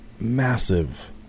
massive